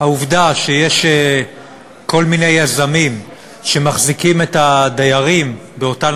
העובדה שיש כל מיני יזמים שמחזיקים את הדיירים באותן